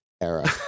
era